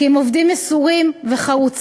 כי הם עובדים מסורים וחרוצים.